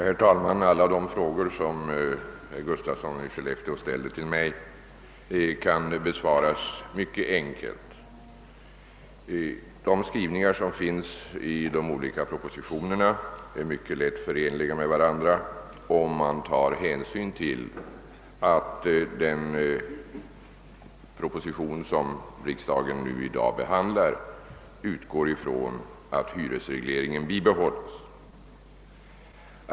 Herr talman! Alla de frågor som herr Gustafsson i Skellefteå ställde till mig kan besvaras mycket enkelt. Skrivningarna i de olika propositionerna är mycket lätt förenliga med varandra, om man tar hänsyn till att den proposition som riksdagen i dag behandlar utgår från att hyresregleringen bibehålles.